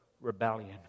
rebellion